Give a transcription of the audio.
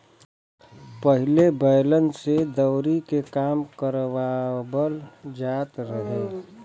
पहिले बैलन से दवरी के काम करवाबल जात रहे